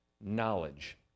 knowledge